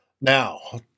now